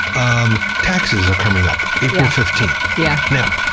um taxes are coming up april fifteenth. yeah now,